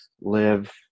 live